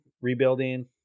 rebuilding